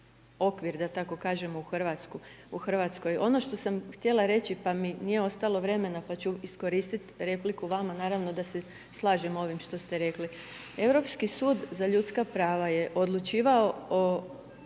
da tako kažem, u RH. Ono što sam htjela reći, pa mi nije ostalo vremena, pa ću iskoristiti repliku vama, naravno da se slažem ovim što ste rekli. Europski sud za ljudska prava je odlučivao o